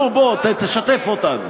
נו, בוא, תשתף אותנו.